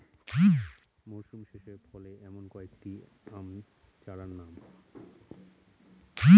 মরশুম শেষে ফলে এমন কয়েক টি আম চারার নাম?